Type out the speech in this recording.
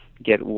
Get